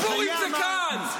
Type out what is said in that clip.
אבל פורים זה כאן.